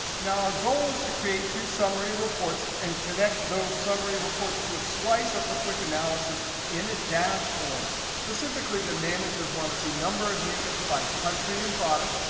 now, our goal is to create two summary reports and connect those summary reports to a slicer for quick analysis in a dashboard. specifically, the managers want to see number of units by country and product,